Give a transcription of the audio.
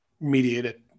mediated